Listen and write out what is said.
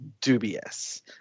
dubious